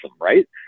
right